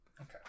Okay